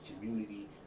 community